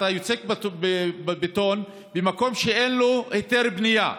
אתה יוצק בטון במקום שאין לו היתר בנייה.